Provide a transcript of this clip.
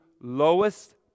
lowest